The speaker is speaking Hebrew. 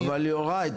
זה חלק מ- -- אבל יוראי,